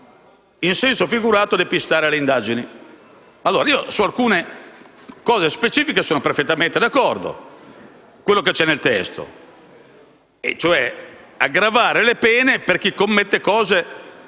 in senso figurato, depistare le indagini. Su alcune cose specifiche sono perfettamente d'accordo con quello che c'è nel testo e, cioè, aggravare le pene per chi commette cose